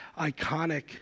iconic